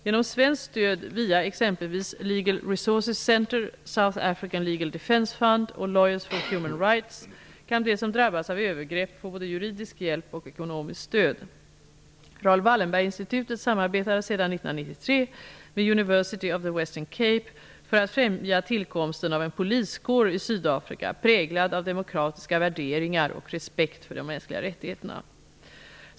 Genom svenskt stöd via exempelvis Legal Resources Centre, South African Rights kan de som drabbats av övergrepp få både juridisk hjälp och ekonomiskt stöd. Raoul Wallenberg Institutet samarbetar sedan 1993 med University of the Western Cape för att främja tillkomsten av en poliskår i Sydafrika, präglad av demokratiska värderingar och respekt för de mänskliga rättigheterna.